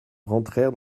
rentrèrent